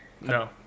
No